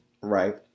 right